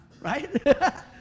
right